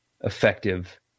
effective